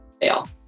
fail